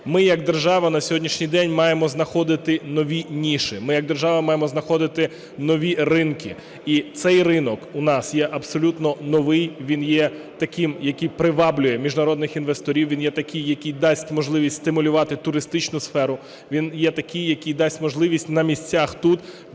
ми як держава на сьогоднішній день маємо знаходити нові ніші, ми як держава маємо знаходити нові ринки. І цей ринок у нас є абсолютно новий. Він є таким, який приваблює міжнародних інвесторів, він є такий, який дасть можливість стимулювати туристичну сферу, він є такий, який дасть можливість на місцях тут